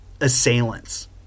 assailants